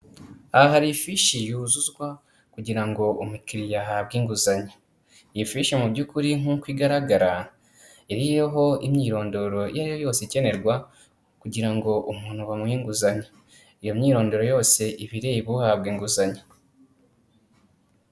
Aha hari ifishi yuzuzwa kugira ngo umukiriya ahabwe inguzanyo, iyi fishi mu by'ukuri nk'uko igaragara, iriho imyirondoro iyo ariyo yose ikenerwa kugira ngo umuntu bamuhe inguzanyo, iyo myirondoro yose iba ireba uhabwa inguzanyo.